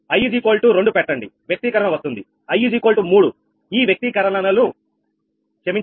i2 పెట్టండి వ్యక్తీకరణ వస్తుంది